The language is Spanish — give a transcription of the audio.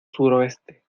suroeste